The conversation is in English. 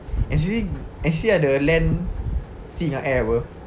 N_C_C N_C_C ada land sea and air [pe]